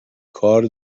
کار